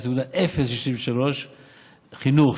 0.063%; חינוך,